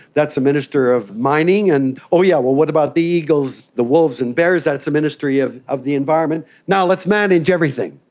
that's the minister of mining. and oh yeah, what about the eagles, the wolves and bears? that's the ministry of of the environment. now let's manage everything.